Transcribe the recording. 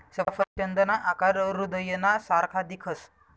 सफरचंदना आकार हृदयना सारखा दिखस